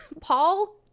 Paul